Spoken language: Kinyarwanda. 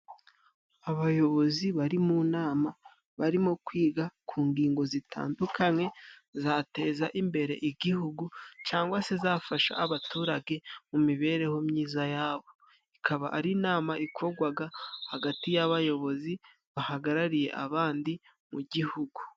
Abayobozi bari mu nama, barimo kwiga ku ngingo zitandukanye zateza imbere igihugu cangwa se zafasha abaturage mu mibereho myiza yabo. Ikaba ari inama ikorwaga hagati y'abayobozi bahagarariye abandi mu gihugu.